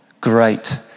Great